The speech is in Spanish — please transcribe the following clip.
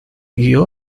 guió